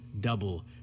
double